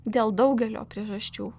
dėl daugelio priežasčių